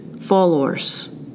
followers